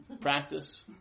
practice